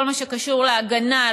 כל מה שקשור להגנה,